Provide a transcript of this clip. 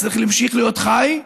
צריך להמשיך להיות חי,